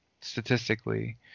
statistically